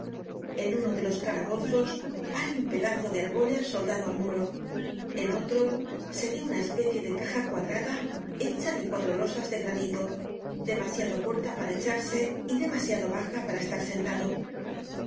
en uno de los calabozos hay un pedazo de argolla soldado al muro en otro se ve una especie de caja cuadrada hecha de cuatro losas de granito demasiado corta para echarse y demasiado baja para estar sentado